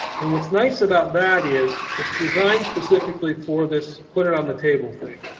and what's nice about that is it's designed specifically for this put it on the table thing.